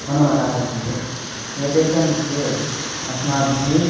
हनुमतः विषये एतेषां विषये अस्माभिः